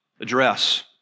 address